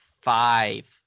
five